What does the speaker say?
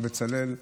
בצלאל.